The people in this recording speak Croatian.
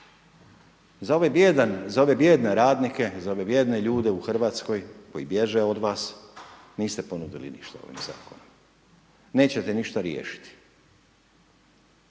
Za ove bijedne radnike, za ove bijedne ljude u Hrvatskoj koji bježe od vas niste ponudili ništa u ovom zakonu. Nećete ništa riješiti.